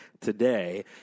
today